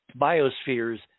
biospheres